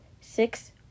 Six